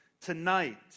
Tonight